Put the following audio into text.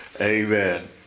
amen